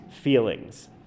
feelings